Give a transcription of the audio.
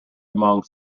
among